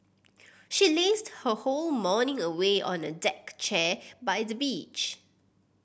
she lazed her whole morning away on a deck chair by the beach